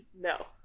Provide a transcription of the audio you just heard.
No